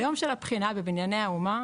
ביום של הבחינה בבנייני האומה,